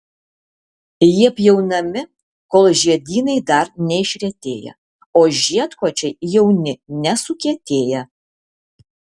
jie pjaunami kol žiedynai dar neišretėję o žiedkočiai jauni nesukietėję